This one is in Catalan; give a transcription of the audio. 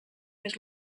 més